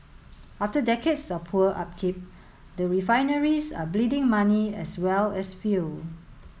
after decades of poor upkeep the refineries are bleeding money as well as fuel